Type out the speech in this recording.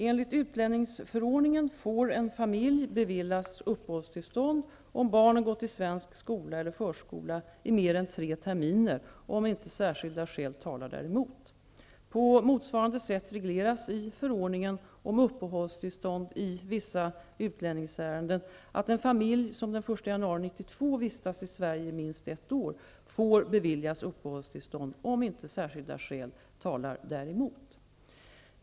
Enligt utlänningsförordningen får en familj beviljas uppehållstillstånd om barnen gått i svensk skola eller förskola i mer än tre terminer, om inte särskilda skäl talar däremot. På motsvarande sätt regleras i förordningen om uppehållstillstånd i vissa utlänningsärenden att en familj som den 1 januari 1992 vistats i Sverige minst ett år får beviljas uppehållstillstånd, om inte särskilda skäl talar däremot.